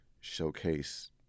showcase